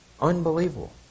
Unbelievable